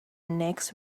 next